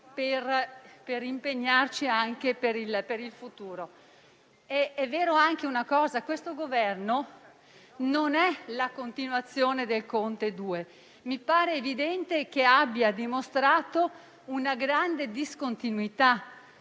a impegnarci anche per il futuro. È tuttavia vero che questo Governo non è la continuazione del Conte II: mi pare evidente che abbia dimostrato una grande discontinuità,